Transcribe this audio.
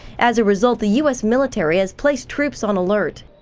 as a result, the u s. military has placed troops on alert.